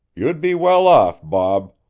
you'd be well off, bob.